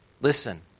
Listen